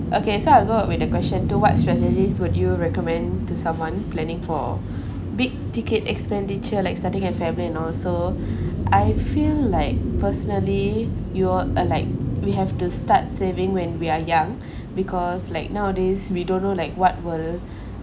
okay so I'll go out with the question to what strategies would you recommend to someone planning for big ticket expenditure like starting a family and also I feel like personally you are uh like we have to start saving when we are young because like nowadays we don't know like what will